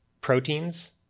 proteins